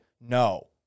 No